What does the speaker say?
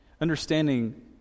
Understanding